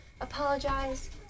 apologize